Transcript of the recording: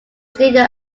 studio